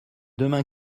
demain